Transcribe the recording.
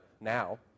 now